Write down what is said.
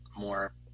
more